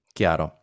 chiaro